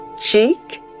cheek